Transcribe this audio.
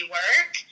work